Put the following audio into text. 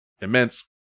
immense